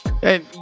Hey